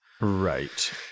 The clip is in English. Right